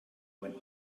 when